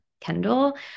Kendall